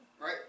Right